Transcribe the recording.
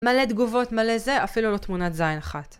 מלא תגובות, מלא זה, אפילו לא תמונת זין אחת.